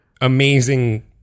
amazing